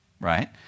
right